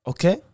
Okay